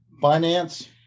finance